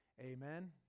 Amen